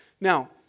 Now